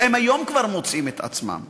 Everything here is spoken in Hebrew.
הם היום כבר מוצאים את עצמם